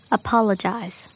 apologize